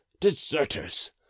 deserters